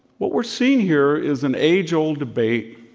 what we're seeing here is an age-old debate,